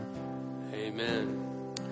Amen